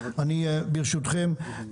ברשותכם,